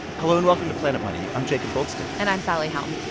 hello and welcome to planet money. i'm jacob goldstein and i'm sally helm.